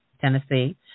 Tennessee